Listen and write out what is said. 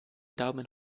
daumen